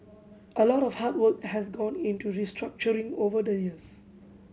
a lot of hard work has gone into restructuring over the years